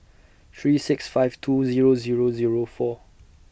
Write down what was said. three six five two Zero Zero Zero four